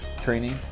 training